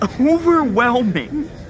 overwhelming